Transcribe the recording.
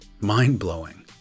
mind-blowing